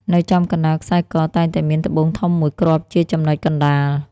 នៅចំកណ្តាលខ្សែក តែងតែមានត្បូងធំមួយគ្រាប់ជាចំណុចកណ្តាល។